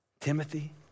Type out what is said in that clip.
Timothy